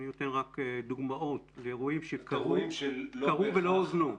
אני נותן רק דוגמאות לאירועים שקרו ולא הוזנו.